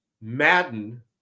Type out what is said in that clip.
Madden